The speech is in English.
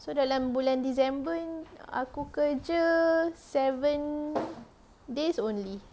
so dalam bulan december aku kerja seven days only